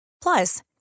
Plus